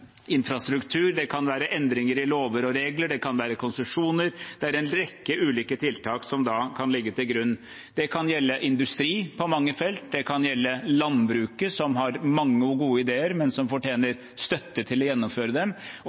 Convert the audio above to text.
det kan også være infrastruktur, endringer i lover og regler, konsesjoner. Det er en rekke ulike tiltak som da kan ligge til grunn. Det kan gjelde industri på mange felt. Det kan gjelde landbruket, som har mange og gode ideer, men som fortjener støtte til å gjennomføre dem.